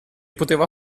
poteva